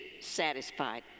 satisfied